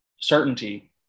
certainty